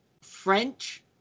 French